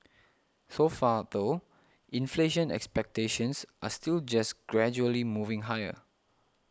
so far though inflation expectations are still just gradually moving higher